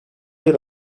yer